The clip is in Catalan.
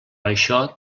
això